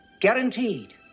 guaranteed